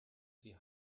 sie